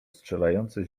strzelające